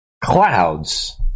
Clouds